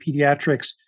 pediatrics